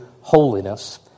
holiness